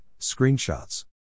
Screenshots